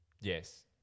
Yes